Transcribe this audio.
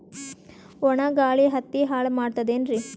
ಒಣಾ ಗಾಳಿ ಹತ್ತಿ ಹಾಳ ಮಾಡತದೇನ್ರಿ?